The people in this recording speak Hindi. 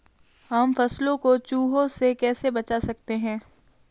हम फसलों को चूहों से कैसे बचा सकते हैं?